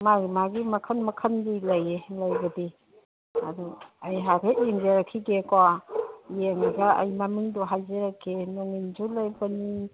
ꯃꯥꯒꯤ ꯃꯥꯒꯤ ꯃꯈꯜ ꯃꯈꯜꯒꯤ ꯂꯩꯌꯦ ꯂꯩꯕꯗꯤ ꯑꯗꯨ ꯑꯩ ꯍꯥꯏꯐꯦꯠ ꯌꯦꯡꯖꯔꯛꯈꯤꯒꯦꯀꯣ ꯌꯦꯡꯕ ꯑꯩ ꯃꯃꯤꯡꯗꯣ ꯍꯥꯏꯖꯔꯛꯀꯦ ꯅꯣꯡꯉꯤꯟꯁꯨ ꯂꯩꯕꯅꯤ